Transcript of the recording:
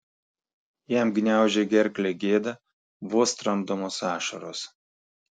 jam gniaužė gerklę gėda vos tramdomos ašaros